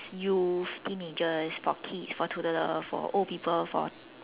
youth teenagers for kids for toddler for old people for